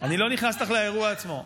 אני לא נכנס איתך לאירוע עצמו.